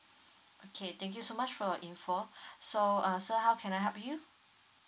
okay thank you so much for your info so uh sir how can I help you